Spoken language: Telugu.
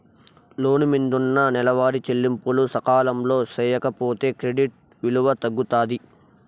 లోను మిందున్న నెలవారీ చెల్లింపులు సకాలంలో సేయకపోతే క్రెడిట్ విలువ తగ్గుతాది